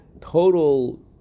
total